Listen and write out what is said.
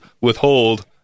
withhold